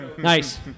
Nice